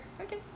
Okay